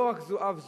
לא רק זו אף זו,